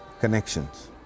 connections